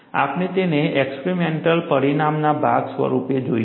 આપણે તેને એક્સપરીમેન્ટલ પરિણામના ભાગ સ્વરૂપે જોઈશું